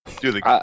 Dude